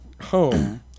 home